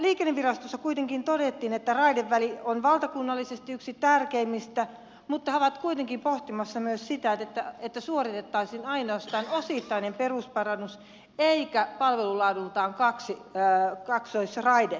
liikennevirastossa kuitenkin todettiin että raideväli on valtakunnallisesti yksi tärkeimmistä mutta he ovat kuitenkin pohtimassa myös sitä että suoritettaisiin ainoastaan osittainen perusparannus eikä palvelulaadultaan kaksoisraide